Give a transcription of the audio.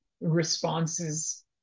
responses